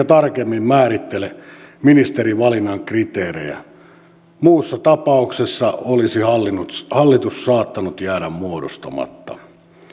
tarkemmin määrittele ministerivalinnan kriteerejä muussa tapauksessa olisi hallitus saattanut jäädä muodostamatta